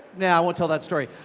yeah won't tell that story.